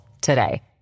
today